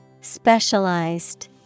Specialized